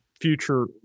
future